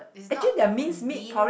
is not bean